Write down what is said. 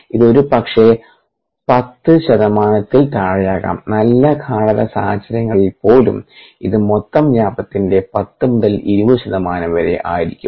ഇത് ഒരുപക്ഷേ 10 ശതമാനത്തിൽ താഴെയാകാം നല്ല ഗാഢത സാഹചര്യങ്ങളിൽപ്പോലും ഇത് മൊത്തം വ്യാപ്തത്തിന്റെ 10 മുതൽ 20 ശതമാനം വരെ ആയിരിക്കും